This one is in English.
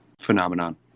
phenomenon